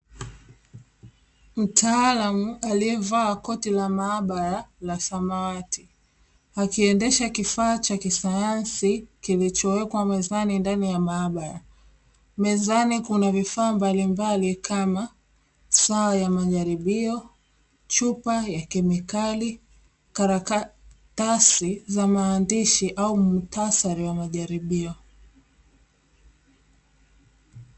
Mtaalamu aliyevaa koti la maabara la samawati kiendesha kifaa cha kisayansi, kilichowekwa mezani ndani ya maabara mezani kuna vifaa mbalimbali kama saa ya majaribio chupa ya kemikali karatasi za maandishi au muhtasari wa majaribio.